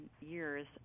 years